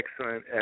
excellent